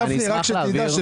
רק שתדע,